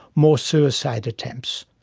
more suicide attempts